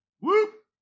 Whoop